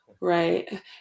Right